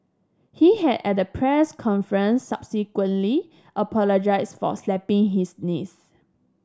he had at a press conference subsequently apologised for slapping his niece